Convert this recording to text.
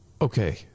Okay